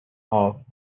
off